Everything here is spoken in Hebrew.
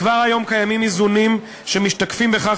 כבר היום קיימים איזונים שמשתקפים בכך